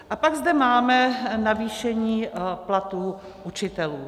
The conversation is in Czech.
A pak zde máme navýšení platů učitelů.